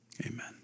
Amen